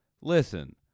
Listen